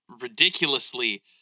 ridiculously